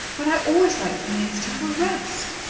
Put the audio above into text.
when i always like the maids to have a rest?